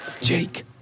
Jake